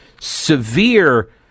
severe